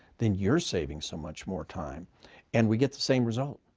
then you're saving so much more time and we get the same result,